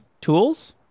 tools